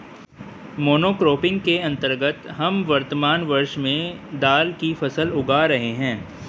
monocropping के अंतर्गत हम वर्तमान वर्ष में दाल की फसल उगा रहे हैं